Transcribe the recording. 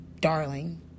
darling